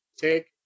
Take